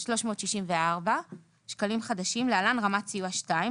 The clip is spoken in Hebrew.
159,364 שקלים חדשים (להלן רמת סיוע 2),